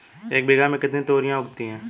एक बीघा में कितनी तोरियां उगती हैं?